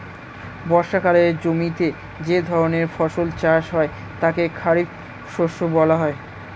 বর্ষাকালে জমিতে যে ধরনের ফসল চাষ হয় তাদের খারিফ শস্য বলা হয়